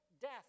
death